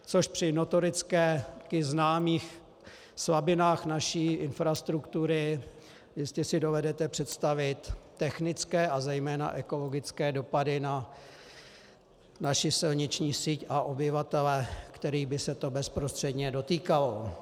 Což při notorických známých slabinách naší infrastruktury jistě si dovedete představit technické a zejména ekologické dopady na naši silniční síť a obyvatele, kterých by se to bezprostředně dotýkalo.